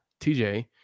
TJ